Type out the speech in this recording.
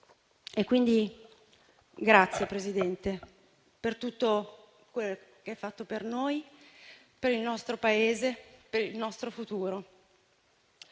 Quindi, grazie, Presidente, per tutto quel che ha fatto per noi, per il nostro Paese, per il nostro futuro.